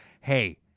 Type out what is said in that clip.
Hey